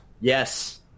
Yes